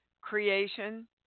creation